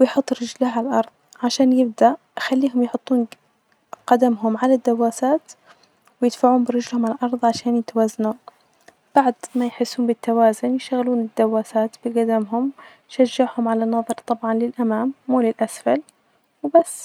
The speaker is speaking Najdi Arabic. ويحط رجله علي الارض عشان يبدأ خليهم يحطون قدمهم علي الدواسات ويدفعون برجلهم علي الارض عشان يتوازنوا، بعد ما يحسون بالتوازن يشغلون الدواسات بجدمهم، نشجعهم علي النظر طبعا للأمام وللأسفل وبس.